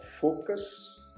focus